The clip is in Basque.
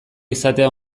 izatea